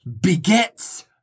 begets